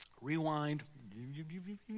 Rewind